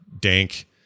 dank